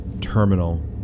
terminal